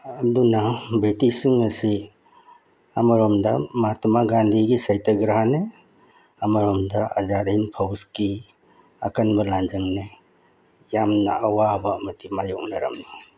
ꯑꯗꯨꯅ ꯕ꯭ꯔꯤꯇꯤꯁꯁꯤꯡ ꯑꯁꯤ ꯑꯃꯔꯣꯝꯗ ꯃꯍꯥꯇꯃꯥ ꯒꯥꯟꯙꯤꯒꯤ ꯁꯩꯇꯒ꯭ꯔꯍꯅꯦ ꯑꯃꯔꯣꯝꯗ ꯑꯖꯥꯗ ꯍꯤꯟ ꯐꯧꯖꯀꯤ ꯑꯀꯟꯕ ꯂꯥꯟꯖꯪꯅꯦ ꯌꯥꯝꯅ ꯑꯋꯥꯕ ꯑꯃꯗꯤ ꯃꯥꯏꯌꯣꯛꯅꯔꯝꯏ